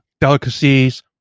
delicacies